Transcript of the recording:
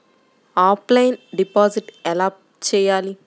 Offline deposit ఎలా చేయాలి?